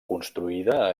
construïda